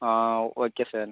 ah okay sir